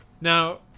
Now